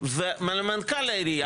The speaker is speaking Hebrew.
ומנכ"ל העירייה,